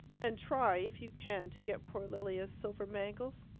and try, if you can, to get poor lilia's silver bangles.